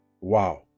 Wow